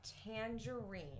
Tangerine